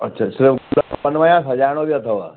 अच्छा सिर्फ़ गुल खपनव या सजाइणो बि अथव